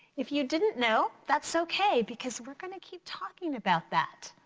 if you didn't know that's okay because we're gonna keep talking about that.